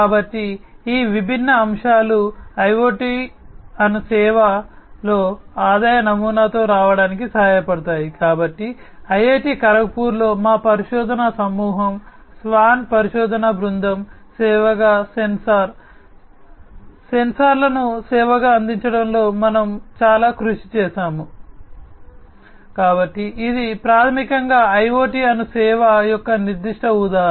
కాబట్టి ఈ విభిన్న యొక్క నిర్దిష్ట ఉదాహరణ